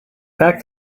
pack